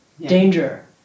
Danger